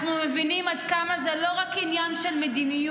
אנחנו מבינים עד כמה זה לא רק עניין של מדיניות,